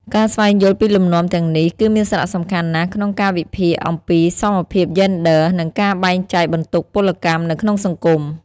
ការស្វែងយល់ពីលំនាំទាំងនេះ គឺមានសារៈសំខាន់ណាស់ក្នុងការវិភាគអំពីសមភាពយេនឌ័រ និងការបែងចែកបន្ទុកពលកម្មនៅក្នុងសង្គម។